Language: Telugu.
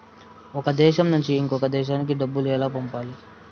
ఒక దేశం నుంచి ఇంకొక దేశానికి డబ్బులు ఎలా పంపాలి?